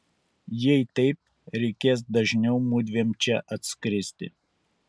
jei taip reikės dažniau mudviem čia atskristi